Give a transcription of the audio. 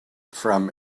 from